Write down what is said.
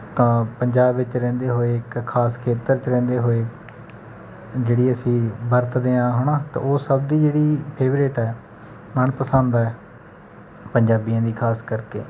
ਤਾਂ ਪੰਜਾਬ ਵਿੱਚ ਰਹਿੰਦੇ ਹੋਏ ਇੱਕ ਖਾਸ ਖੇਤਰ 'ਚ ਰਹਿੰਦੇ ਹੋਏ ਜਿਹੜੀ ਅਸੀਂ ਵਰਤਦੇ ਹਾਂ ਹੈ ਨਾ ਤਾਂ ਉਹ ਸਭ ਦੀ ਜਿਹੜੀ ਫੇਵਰੇਟ ਹੈ ਮਨਪਸੰਦ ਹੈ ਪੰਜਾਬੀਆਂ ਦੀ ਖਾਸ ਕਰਕੇ